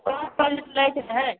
पाँच प्लेट लैके रहय